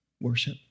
worship